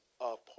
apart